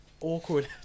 awkward